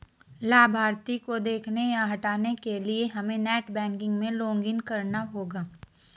लाभार्थी को देखने या हटाने के लिए हमे नेट बैंकिंग में लॉगिन करना होगा